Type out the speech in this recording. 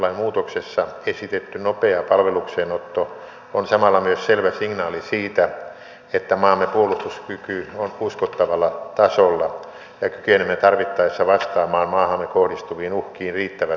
asevelvollisuuslain muutoksessa esitetty nopea palvelukseen otto on samalla myös selvä signaali siitä että maamme puolustuskyky on uskottavalla tasolla ja kykenemme tarvittaessa vastaamaan maahamme kohdistuviin uhkiin riittävän nopeasti